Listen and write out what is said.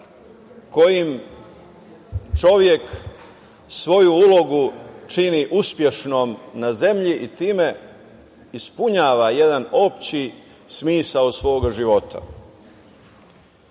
kojim čovek svoju ulogu čini uspešnom na zemlji i time ispunjava jedan opšti smisao svoga života.